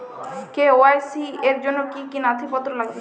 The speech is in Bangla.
কে.ওয়াই.সি র জন্য কি কি নথিপত্র লাগবে?